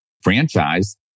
franchise